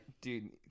Dude